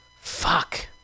Fuck